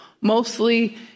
mostly